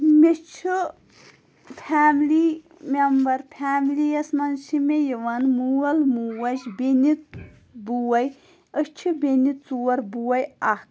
مےٚ چھُ family member family یَس منٛز چھِ مےٚ یِوان مول موج بیٚنہِ بوے أسۍ چھِ بیٚنہِ ژور بوے اَکھ